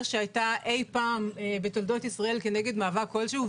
שהיתה אי פעם בתולדות ישראל במאבק כלשהו,